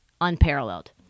unparalleled